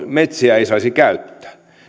metsiä ei saisi käyttää